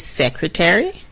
secretary